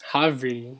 !huh! really